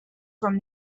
from